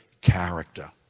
character